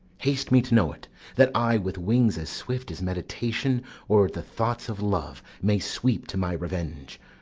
haste me to know't, that i, with wings as swift as meditation or the thoughts of love, may sweep to my revenge.